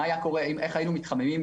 איך היו מתחממים,